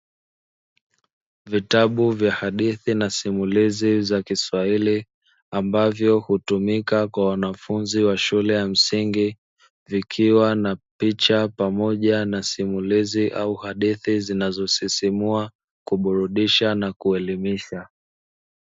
Vitabu vya hadithi na simulizi za Kiswahili, ambavyo hutumika kwa wanafunzi wa shule ya msingi vikiwa na picha pamoja na simulizi au hadithi zinazosisimua, kuburudisha na kuelimisha.